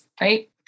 right